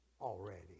Already